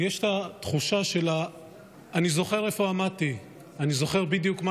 יש את התחושה של "אני זוכר איפה עמדתי" אני זוכר בדיוק מה